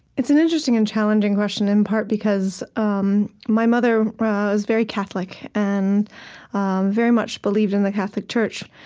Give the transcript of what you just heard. it's an interesting and challenging question, in part because um my mother was very catholic and very much believed in the catholic church,